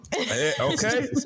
okay